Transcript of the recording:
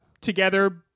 together